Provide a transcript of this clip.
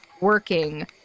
working